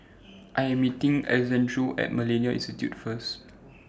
I Am meeting Alexandro At Millennia Institute First